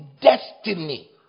destiny